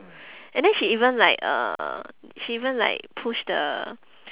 and then she even like uh she even like push the